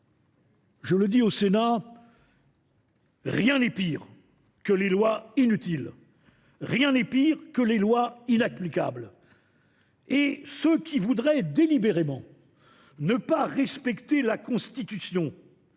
Je le dis au Sénat : rien n’est pire que les lois inutiles. Rien n’est pire que les lois inapplicables. Et ceux qui voudraient délibérément ne pas respecter la Constitution,